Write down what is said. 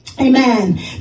Amen